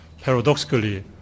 paradoxically